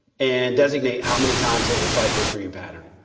and designate how many times it will cycle through your pattern.